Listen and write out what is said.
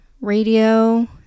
radio